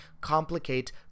complicate